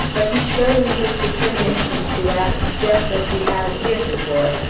but he showed me his determination to act just as he has heretofore,